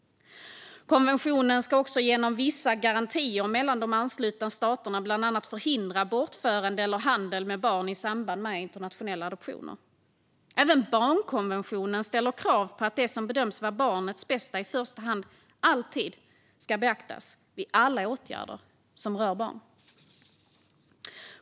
Konventionen ska också genom vissa garantier mellan de anslutna staterna bland annat förhindra bortförande eller handel med barn i samband med internationella adoptioner. Aven barnkonventionen ställer krav på att det som bedöms vara barnets bästa i första hand - alltid - ska beaktas vid alla åtgärder som rör barn.